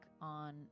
on